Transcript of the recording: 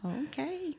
Okay